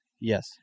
Yes